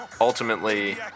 Ultimately